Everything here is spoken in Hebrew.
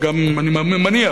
ואני מניח